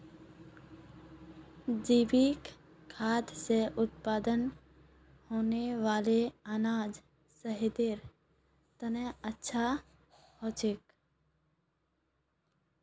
जैविक खाद से उत्पन्न होने वाला अनाज सेहतेर तने अच्छा होछे